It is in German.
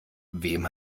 wem